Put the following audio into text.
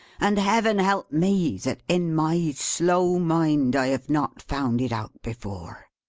and heaven help me, that, in my slow mind, i have not found it out before!